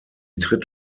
tritt